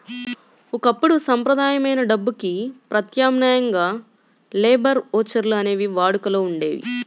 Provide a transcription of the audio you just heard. ఒకప్పుడు సంప్రదాయమైన డబ్బుకి ప్రత్యామ్నాయంగా లేబర్ ఓచర్లు అనేవి వాడుకలో ఉండేయి